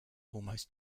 almost